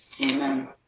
Amen